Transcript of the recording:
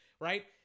right